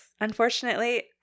Unfortunately